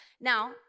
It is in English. Now